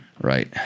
Right